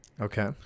Okay